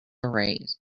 raise